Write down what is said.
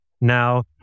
now